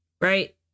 right